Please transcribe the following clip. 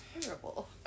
Terrible